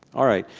all right.